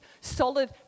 solid